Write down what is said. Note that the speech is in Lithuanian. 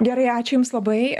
gerai ačiū jums labai